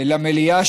ולמליאה,